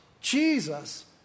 Jesus